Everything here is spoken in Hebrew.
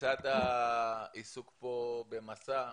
לצד העיסוק כאן במסע,